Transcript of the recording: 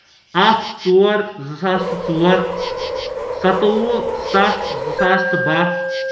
اکھ ژور زٕ ساس تہٕ ژور سَتووُہ سَتھ زٕ ساس تہٕ باہ